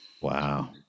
Wow